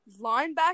linebacker